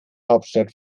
hauptstadt